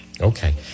Okay